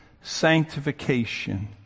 sanctification